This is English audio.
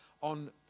on